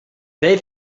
they